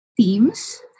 teams